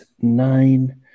nine